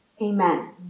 Amen